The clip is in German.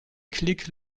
klick